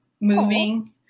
moving